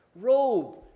robe